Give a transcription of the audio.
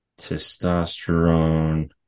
testosterone